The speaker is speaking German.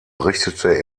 richtete